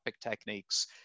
techniques